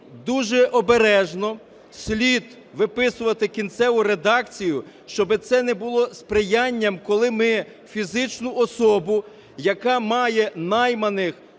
дуже обережно слід виписувати кінцеву редакцію, щоби це не було сприянням, коли ми фізичну особу, яка має найманих